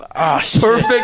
Perfect